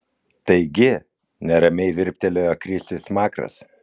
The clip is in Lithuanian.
taigi neramiai virptelėjo krisiui smakras